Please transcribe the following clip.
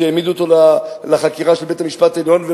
כשהעמידו אותו לחקירה של בית-המשפט העליון.